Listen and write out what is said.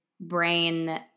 brain